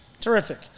terrific